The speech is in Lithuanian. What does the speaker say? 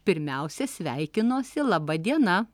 pirmiausia sveikinuosi laba diena